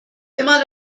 immer